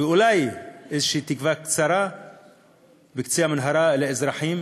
אולי איזו תקווה קצרה בקצה המנהרה, לאזרחים